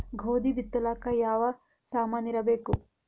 ಗೋಧಿ ಬಿತ್ತಲಾಕ ಯಾವ ಸಾಮಾನಿರಬೇಕು?